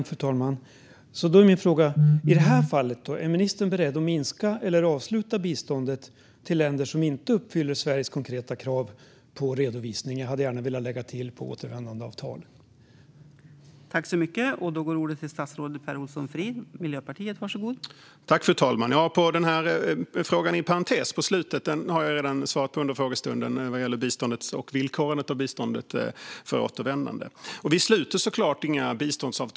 Fru talman! Då är min fråga: Är ministern i det här fallet beredd att minska eller avsluta biståndet till länder som inte uppfyller Sveriges konkreta krav på redovisning? Jag hade gärna velat lägga till "och på återvändandeavtal" också.